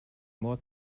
more